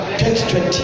2020